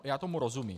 Já tomu rozumím.